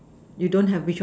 you don't have which one